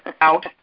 Out